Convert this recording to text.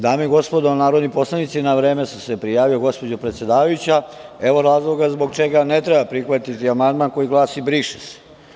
Dame i gospodo narodni poslanici, na vreme sam se prijavio, gospođo predsedavajuća, evo razloga zbog čega ne treba prihvatiti amandman koji glasi – briše se.